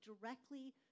directly